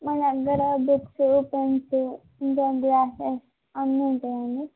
మా దగ్గర books pens ఇంకాం గ్లాసెస్ అన్నీ ఉంటాయండి